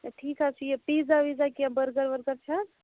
ٹھیٖک حظ چھُ یہِ پیٖزا ویٖزا کیٚنٛہہ بٔرگر ؤرگر چھا حظ